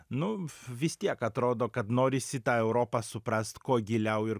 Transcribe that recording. nu vis tiek atrodo kad norisi tą europą suprast kuo giliau ir